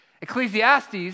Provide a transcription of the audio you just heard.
Ecclesiastes